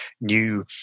new